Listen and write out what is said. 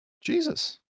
Jesus